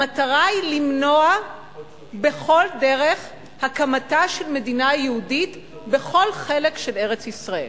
המטרה היא למנוע בכל דרך הקמה של מדינה יהודית בכל חלק של ארץ-ישראל.